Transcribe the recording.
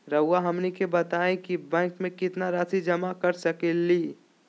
रहुआ हमनी के बताएं कि बैंक में कितना रासि जमा कर सके ली?